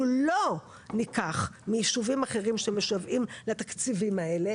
אנחנו לא ניקח מישובים אחרים שמשוועים לתקציבים האלה